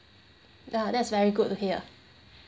ah that is very good to hear